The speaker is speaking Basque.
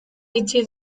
itxi